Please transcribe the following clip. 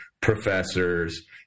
professors